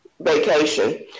vacation